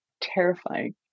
terrifying